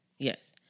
Yes